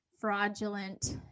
fraudulent